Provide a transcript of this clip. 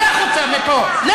את מסתכלת אליו במקום אליו.